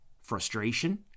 frustration